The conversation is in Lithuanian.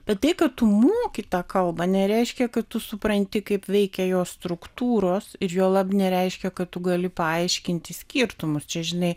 bet tai kad tu moki tą kalbą nereiškia kad tu supranti kaip veikia jos struktūros ir juolab nereiškia kad tu gali paaiškinti skirtumus čia žinai